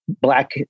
black